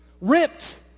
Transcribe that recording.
ripped